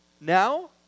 now